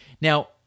Now